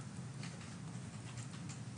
שלום לכולם,